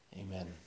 Amen